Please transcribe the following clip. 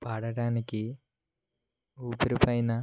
పాడడానికి ఊపిరి పైన